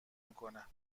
میکنه